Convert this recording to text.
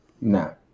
No